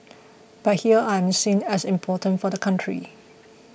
but here I am seen as important for the country